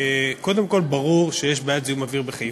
קודם כול, ברור שיש בעיית זיהום אוויר בחיפה.